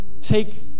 take